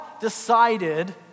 decided